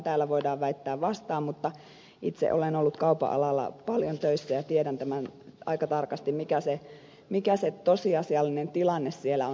täällä voidaan väittää vastaan mutta itse olen ollut kaupan alalla paljon töissä ja tiedän tämän aika tarkasti mikä se tosiasiallinen tilanne siellä on